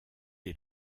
est